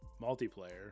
multiplayer